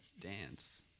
Dance